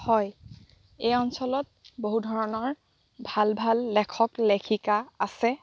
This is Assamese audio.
হয় এই অঞ্চলত বহু ধৰণৰ ভাল ভাল লেখক লেখিকা আছে